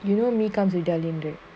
you know me comes with darlene right